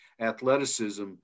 athleticism